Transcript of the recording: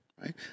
right